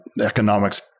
economics